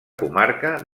comarca